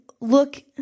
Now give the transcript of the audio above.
look